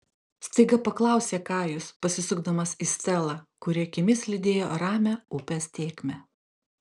staiga paklausė kajus pasisukdamas į stelą kuri akimis lydėjo ramią upės tėkmę